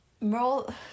Moral